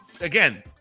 again